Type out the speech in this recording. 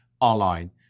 online